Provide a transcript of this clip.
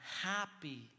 happy